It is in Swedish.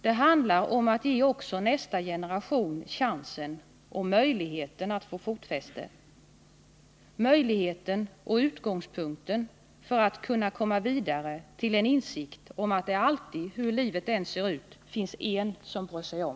Det handlar om att ge också nästa generation chansen, möjligheten att få fotfäste. Det handlar om möjligheten, utgångspunkten för att komma vidare till en insikt om att det alltid, hur livet än ser ut, finns En som bryr sig om.